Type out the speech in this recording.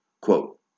Quote